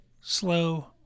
slow